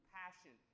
passion